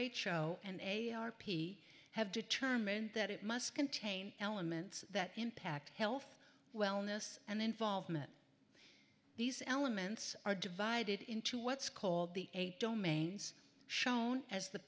h o and a r p have determined that it must contain elements that impact health wellness and involvement these elements are divided into what's called the domains shown as the